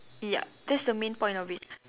ya that's the main point of it